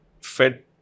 fed